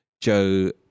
Joe